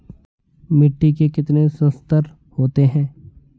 मिट्टी के कितने संस्तर होते हैं?